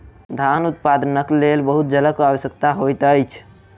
धान उत्पादनक लेल बहुत जलक आवश्यकता होइत अछि